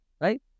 Right